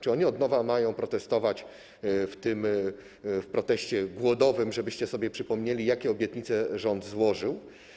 Czy oni od nowa mają protestować, podejmować protest głodowy, żebyście sobie przypomnieli, jakie obietnice rząd złożył?